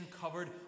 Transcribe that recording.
covered